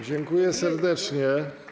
Dziękuję serdecznie.